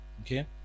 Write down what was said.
okay